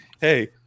hey